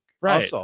Right